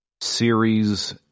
Series